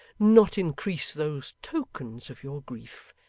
not increase, those tokens of your grief.